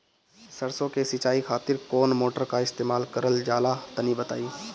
सरसो के सिंचाई खातिर कौन मोटर का इस्तेमाल करल जाला तनि बताई?